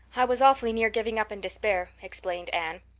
i was awfully near giving up in despair, explained anne.